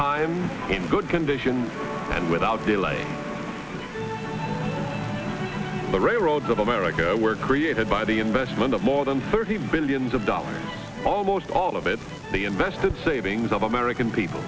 time in good condition and without delay the railroads of america were created by the investment of more than thirty billions of dollars almost all of it the invested savings of american people